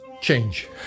change